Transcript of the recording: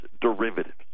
derivatives